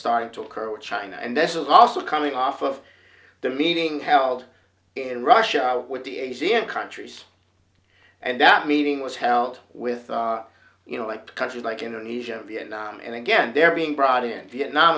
started to occur china and this is also coming off of the meeting held in russia with the asiana countries and that meeting was held with you know like countries like indonesia vietnam and again they're being brought in vietnam